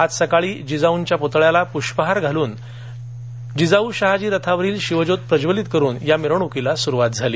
आज सकाळी जिजाऊंच्या पुतळयाला पुष्पहार घालून जिजाऊ शहाजी रथावरील शिवज्योत प्रज्वलीत करून या मिरवणुकीला सुरुवात झाली